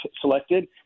selected